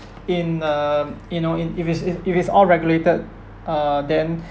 in um you know in if it's if it's all regulated uh then